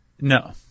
No